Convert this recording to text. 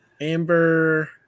Amber